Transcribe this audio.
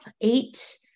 eight